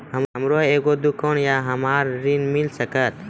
हमर एगो दुकान या हमरा ऋण मिल सकत?